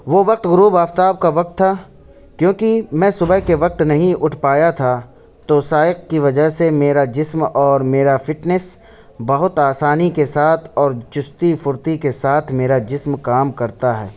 وہ وقت غروب آفتاب کا وقت تھا کیوں کہ میں صبح کے وقت نہیں اٹھ پایا تھا تو سائق کی وجہ سے میرا جسم اور میرا فٹنس بہت آسانی کے ساتھ اور چستی پھرتی کے ساتھ میرا جسم کام کرتا ہے